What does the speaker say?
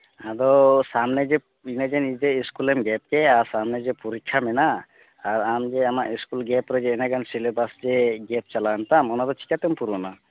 ᱟᱫᱚ ᱥᱟᱢᱱᱮ ᱡᱮ ᱩᱱᱟᱹᱜ ᱫᱤᱱ ᱡᱮ ᱤᱥᱠᱩᱞᱮᱢ ᱜᱮᱯ ᱠᱮᱫᱼᱟ ᱟᱨ ᱥᱟᱢᱱᱮ ᱡᱮ ᱯᱚᱨᱤᱠᱠᱷᱟ ᱢᱮᱱᱟᱜᱼᱟ ᱟᱨ ᱟᱢ ᱡᱮ ᱟᱢᱟᱜ ᱤᱥᱠᱩᱞ ᱜᱮᱯ ᱨᱮ ᱩᱱᱟᱹᱜ ᱜᱟᱱ ᱥᱤᱞᱮᱵᱟᱥ ᱡᱮ ᱜᱮᱯ ᱪᱟᱞᱟᱣᱮᱱ ᱛᱟᱢ ᱚᱱᱟ ᱫᱚ ᱪᱤᱠᱟᱹᱛᱮᱢ ᱯᱩᱨᱩᱱᱟ